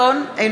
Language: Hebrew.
חברי הכנסת)